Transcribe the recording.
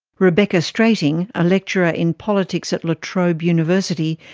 rebecca strating, a lecturer in politics at la trobe university,